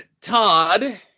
Todd